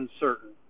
uncertain